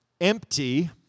Empty